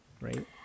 Right